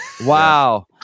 Wow